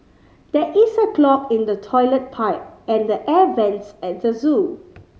there is a clog in the toilet pipe and the air vents at the zoo